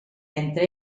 entre